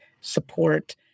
support